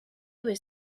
was